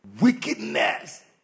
wickedness